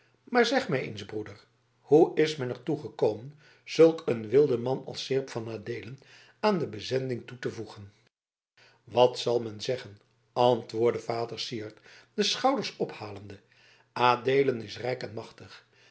maar zeg mij eens broeder hoe is men er toe gekomen zulk een wildeman als seerp van adeelen aan de bezending toe te voegen wat zal men zeggen antwoordde vader syard de schouders ophalende adeelen is rijk en machtig